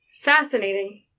fascinating